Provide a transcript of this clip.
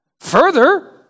Further